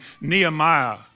Nehemiah